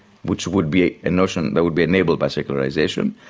which would be a notion that would be enabled by secularisation,